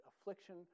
affliction